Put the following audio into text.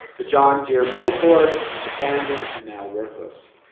the john deere moldboard is abandoned and now worthless.